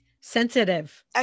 sensitive